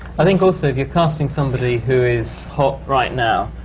i think also, if you're casting somebody who is hot right now,